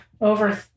over